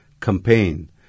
campaign